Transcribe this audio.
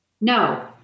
No